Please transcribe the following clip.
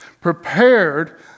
prepared